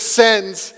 sends